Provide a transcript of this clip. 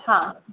हां